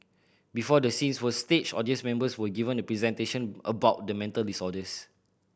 before the scenes were staged audience members were given a presentation about the mental disorders